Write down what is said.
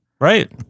Right